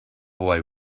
boy